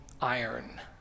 iron